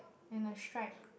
and I strike